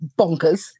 bonkers